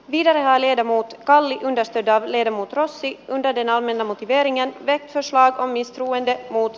minä liedon muut kallioinen sedan line vuokrasi koneiden ammentanut eliniän kasvaa komistavan ja muut